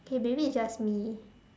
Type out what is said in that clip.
okay maybe it's just me